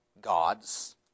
God's